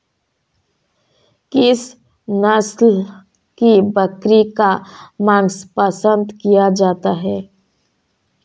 किस नस्ल की बकरी का मांस पसंद किया जाता है?